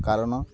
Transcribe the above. କାରଣ